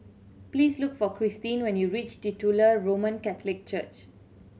please look for Christine when you reach Titular Roman Catholic Church